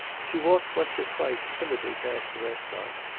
she walked once or twice timidly past the restaurants,